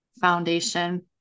foundation